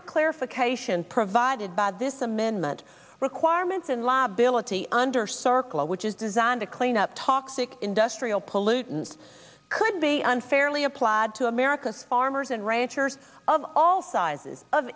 the clarification provided by this amendment requirements and liability under circle which is designed to clean up talk sic industrial pollutants could be unfairly applied to america's farmers and ranchers of all sizes of